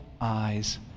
eyes